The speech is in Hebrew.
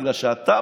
בגלל שאתה,